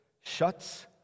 shuts